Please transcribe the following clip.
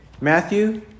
Matthew